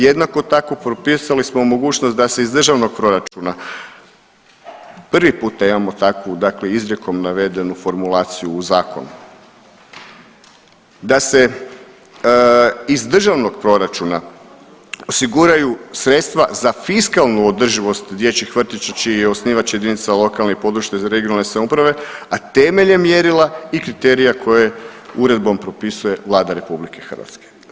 Jednako tako propisali smo mogućnost da se iz državnog proračuna prvi puta imamo takvu, dakle izrijekom navedenu formulaciju u zakonu, da se iz državnog proračuna osiguraju sredstva za fiskalnu održivost dječjih vrtića čiji je osnivač jedinica lokalne i područne (regionalne) samouprave a temeljem mjerila i kriterija koje uredbom propisuje Vlada Republike Hrvatske.